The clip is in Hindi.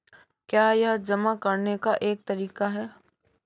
क्या यह जमा करने का एक तरीका है?